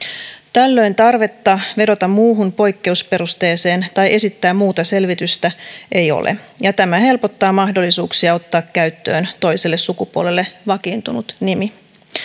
tällöin tarvetta vedota muuhun poikkeusperusteeseen tai esittää muuta selvitystä ei ole ja tämä helpottaa mahdollisuuksia ottaa käyttöön toiselle sukupuolelle vakiintunut nimi